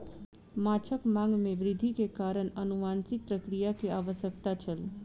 माँछक मांग में वृद्धि के कारण अनुवांशिक प्रक्रिया के आवश्यकता छल